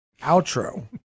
outro